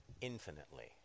infinitely